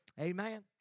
Amen